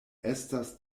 estas